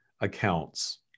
accounts